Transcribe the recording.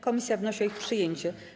Komisja wnosi o ich przyjęcie.